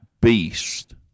beast